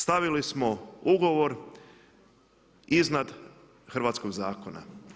Stavili smo ugovor iznad hrvatskog zakona.